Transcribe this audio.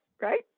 right